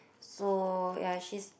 so ya she's